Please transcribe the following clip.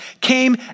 came